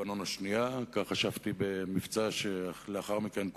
לבנון השנייה וכך חשבתי במבצע שלאחר מכן,